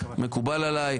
מקובל עלי.